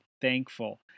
thankful